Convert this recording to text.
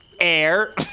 Air